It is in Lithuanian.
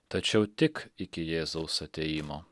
tačiau tik iki jėzaus atėjimo